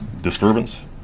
disturbance